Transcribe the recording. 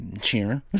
Cheering